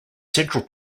central